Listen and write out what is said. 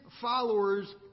followers